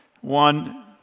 One